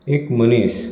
एक मनीस